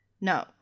No